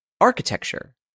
architecture